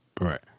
Right